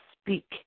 speak